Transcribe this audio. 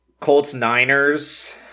Colts-Niners